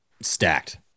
Stacked